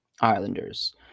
islanders